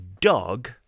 dog